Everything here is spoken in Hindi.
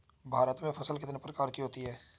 भारत में फसलें कितने प्रकार की होती हैं?